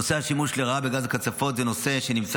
נושא השימוש לרעה בגז קצפות הוא נושא שנמצא